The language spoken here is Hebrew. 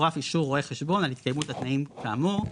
צורף אישור רואה חשבון על התקיימות התנאים כאמור,